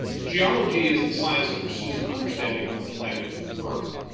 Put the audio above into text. geology is the science that pursues an understanding of planet earth.